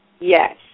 Yes